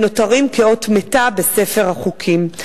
ונותרים כאות מתה בספר החוקים.